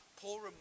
Paul